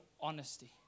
honesty